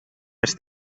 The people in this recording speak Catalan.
els